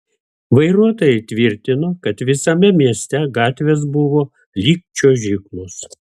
vairuotojai tvirtino kad visame mieste gatvės buvo lyg čiuožyklos